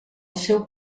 seu